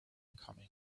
coming